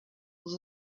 els